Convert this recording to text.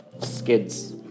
Skids